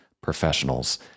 professionals